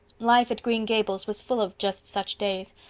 life at green gables was full of just such days,